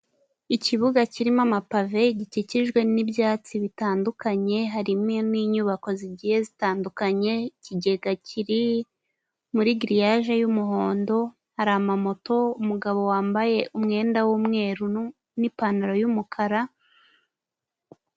Ikibuga kirimo amapave gikikijwe n'ibyatsi bitandukanye harimo n'inyubako zigiye zitandukanye, ikigega kiri muri giriyaje y'umuhondo, hari amamoto, umugabo wambaye umwenda w'umweru n'ipantaro y'umukara.